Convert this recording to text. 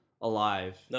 alive